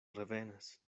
revenas